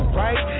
right